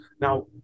now